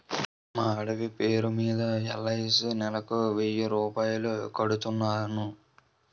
మా ఆవిడ పేరు మీద ఎల్.ఐ.సి నెలకు వెయ్యి రూపాయలు కడుతున్నాను